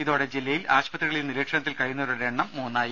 ഇതോടെ കോട്ടയം ജില്ലയിൽ ആശുപത്രികളിൽ നിരീക്ഷണത്തിൽ കഴിയുന്നവരുടെ എണ്ണം മൂന്നായി